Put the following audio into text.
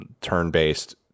turn-based